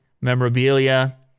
memorabilia